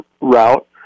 route